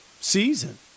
season